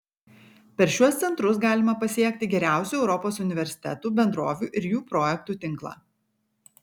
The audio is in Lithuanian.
per šiuos centrus galima pasiekti geriausių europos universitetų bendrovių ir jų projektų tinklą